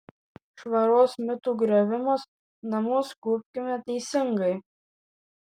švaros mitų griovimas namus kuopkime teisingai